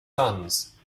sons